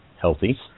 healthy